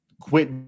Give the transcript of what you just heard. quit